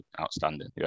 outstanding